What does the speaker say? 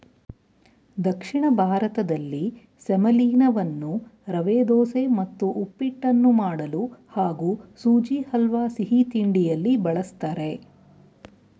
ದಕ್ಷಿಣ ಭಾರತದಲ್ಲಿ ಸೆಮಲೀನವನ್ನು ರವೆದೋಸೆ ಮತ್ತು ಉಪ್ಪಿಟ್ಟನ್ನು ಮಾಡಲು ಹಾಗೂ ಸುಜಿ ಹಲ್ವಾ ಸಿಹಿತಿಂಡಿಯಲ್ಲಿ ಬಳಸ್ತಾರೆ